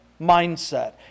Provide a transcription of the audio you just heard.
mindset